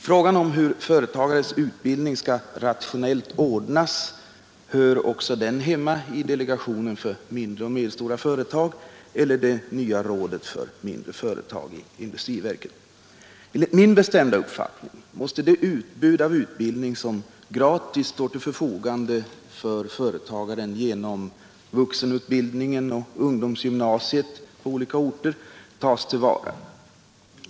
Frågan om hur företagares utbildning skall ordnas rationellt hör också den hemma i delegationen för mindre och medelstora företag eller i det nya rådet för mindre företag i industriverket. Enligt min bestämda uppfattning måste det utbud av utbildning, som gratis står till förfogande för företagaren genom vuxenutbildningen och ungdomsgymnasiet på olika orter, tas till vara.